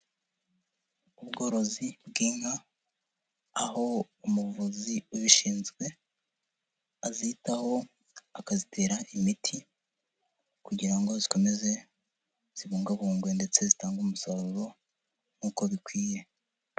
Ubworozi bw'inka aho umuvuzi ubishinzwe azitaho akazitera imiti kugira ngo zikomeze zibungabungwe ndetse zitange umusaruro nk'uko bikwiye.